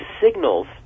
signals